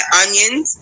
onions